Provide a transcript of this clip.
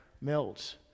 melts